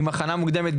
עם הכנה מוקדמת,